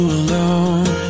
alone